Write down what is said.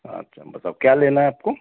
अच्छा मतलब क्या लेना है आपको